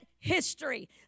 History